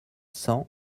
cents